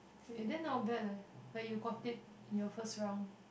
eh then not bad leh like you got it in your first round